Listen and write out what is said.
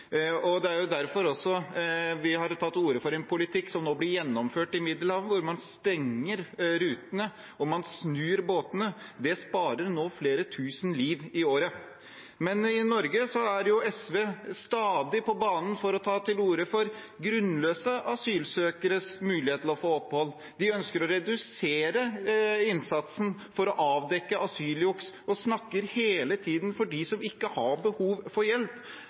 Det er derfor vi også har tatt til orde for en politikk som nå blir gjennomført i Middelhavet, hvor man stenger rutene og snur båtene. Det sparer flere tusen liv i året. I Norge er SV stadig på banen for å ta til orde for grunnløse asylsøkeres mulighet til å få opphold. De ønsker å redusere innsatsen for å avdekke asyljuks og snakker hele tiden for dem som ikke har behov for hjelp.